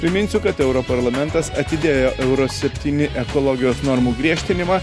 priminsiu kad europarlamentas atidėjo euro septyni ekologijos normų griežtinimą